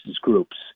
groups